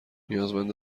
نیازمند